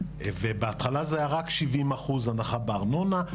ובהתחלה זה היה רק 70 אחוז הנחה בארנונה,